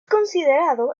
considerado